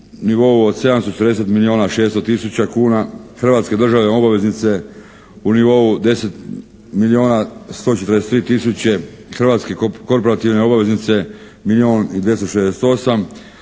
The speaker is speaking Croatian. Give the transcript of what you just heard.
u nivou od 740 milijuna 600 tisuća kuna Hrvatske države obaveznice u nivou 10 milijuna 143 tisuće, hrvatske korporativne obaveznice milijun i